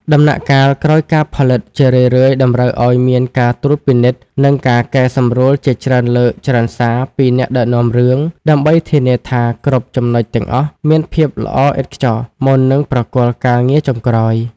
ដំណាក់កាលក្រោយការផលិតជារឿយៗតម្រូវឱ្យមានការត្រួតពិនិត្យ និងការកែសម្រួលជាច្រើនលើកច្រើនសាពីអ្នកដឹកនាំរឿង ដើម្បីធានាថាគ្រប់ចំណុចទាំងអស់មានភាពល្អឥតខ្ចោះមុននឹងប្រគល់ការងារចុងក្រោយ។